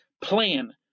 plan